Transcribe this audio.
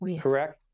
correct